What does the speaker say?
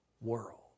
world